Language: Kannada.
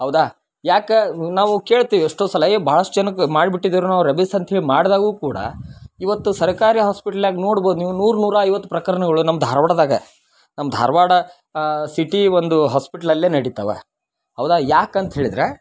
ಹೌದಾ ಯಾಕೆ ನಾವು ಕೇಳ್ತೀವಿ ಎಷ್ಟೋ ಸಲ ಏ ಭಾಳಷ್ಟು ಜನಕ್ಕೆ ಮಾಡಿ ಬಿಟ್ಟಿದೆರ್ನೋ ರೆಬಿಸ್ ಅಂಥೇಳಿ ಮಾಡ್ದಾಗ್ಲೂ ಕೂಡ ಈವತ್ತು ಸರಕಾರಿ ಹಾಸ್ಪಿಟ್ಲ್ನ್ಯಾಗ ನೋಡ್ಬೋದು ನೀವು ನೂರ ನೂರ ಐವತ್ತು ಪ್ರಕರಣಗಳು ನಮ್ಮ ಧಾರವಾಡದಾಗ ನಮ್ಮ ಧಾರವಾಡ ಸಿಟಿ ಒಂದು ಹೊಸ್ಪಿಟ್ಲಲ್ಲೆ ನಡಿತಾವ ಹೌದಾ ಯಾಕಂತ ಹೇಳಿದ್ರೆ